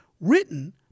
written